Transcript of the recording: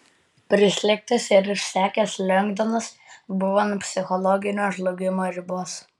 prislėgtas ir išsekęs lengdonas buvo ant psichologinio žlugimo ribos